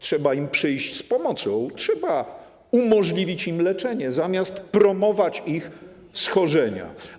Trzeba im przyjść z pomocą, trzeba umożliwić im leczenie, zamiast promować ich schorzenia.